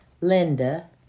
Linda